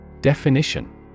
Definition